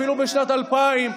אפילו בשנת 2000,